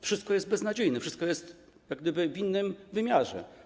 Wszystko jest beznadziejne, wszystko jest jak gdyby w innym wymiarze.